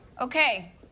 Okay